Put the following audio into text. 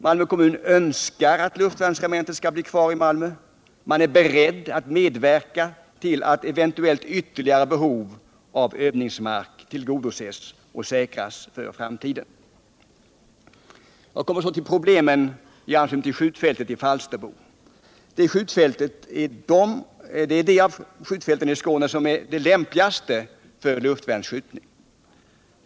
Malmö kommun önskar att luftvärnsregementet skall bli kvar i Malmö och är beredd att på allt sätt medverka till att eventuella ytterligare behov av övningsmark tillgodoses och säkras för framtiden. Jag kommer så till problemen i anslutning till skjutfältet i Falsterbo. Av skjutfälten i Skåne är detta det som är lämpligast för luftvärnsskjutningar.